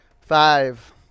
Five